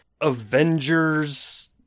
Avengers